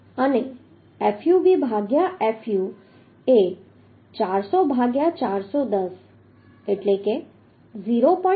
66 છે અને fub ભાગ્યા fu એ 400 ભાગ્યા 410 એટલે કે 0